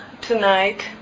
tonight